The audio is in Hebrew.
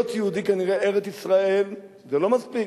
שלהיות יהודי, כנראה ארץ-ישראל זה לא מספיק.